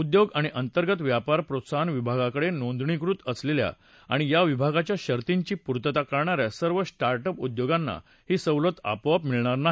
उद्योग आणि अंतर्गत व्यापार प्रोत्साहन विभागाकडे नोंदणीकृत असलेल्या आणि या विभागाच्या शर्तींची पूर्तता करणाऱ्या सर्व स्टार्ट अप उद्योगांना ही सवलत आपोआप मिळणार नाही